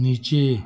नीचे